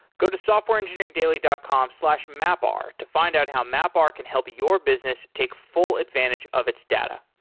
go to softwareengineeringdaily dot com slash mapr to find out how mapr can help your business take full advantage of its data.